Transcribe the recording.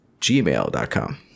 gmail.com